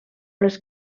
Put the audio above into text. les